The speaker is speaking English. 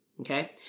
Okay